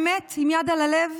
האמת, עם יד על הלב,